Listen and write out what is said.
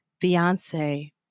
Beyonce